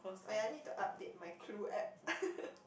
oh ya I need to update my clue app